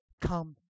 come